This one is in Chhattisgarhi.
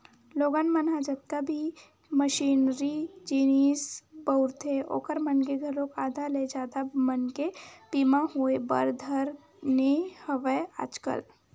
लोगन मन ह जतका भी मसीनरी जिनिस बउरथे ओखर मन के घलोक आधा ले जादा मनके बीमा होय बर धर ने हवय आजकल